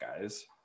guys